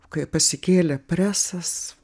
kai pasikėlė presas